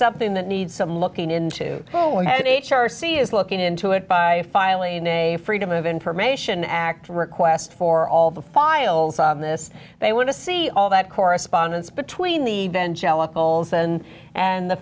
something that needs some looking into head h r see is looking into it by filing a freedom of information act request for all the files on this they want to see all that correspondence between the